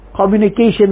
Communication